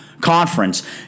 Conference